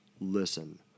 listen